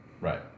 Right